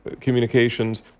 communications